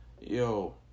Yo